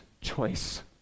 choice